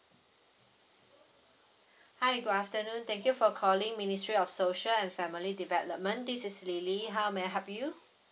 hi good afternoon thank you for calling ministry of social and family development this is lily how may I help you